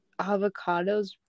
avocados